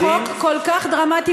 זה חוק כל כך דרמטי,